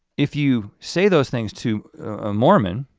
if you say those things to a mormon,